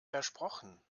versprochen